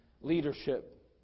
leadership